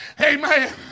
Amen